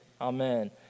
Amen